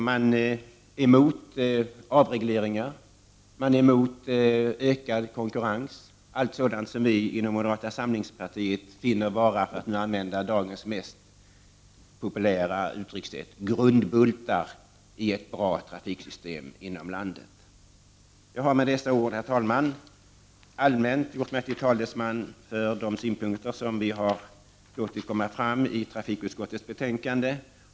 De är emot avregleringar, emot ökad konkurrens, allt sådant som vi inom moderata samlingspartiet finner vara, för att använda dagens mest populära uttryckssätt, grundbultar i ett bra trafiksystem. Jag har med dessa ord, herr talman, allmänt gjort mig till talesman för de synpunkter som vi har låtit komma fram i trafikutskottets betänkande.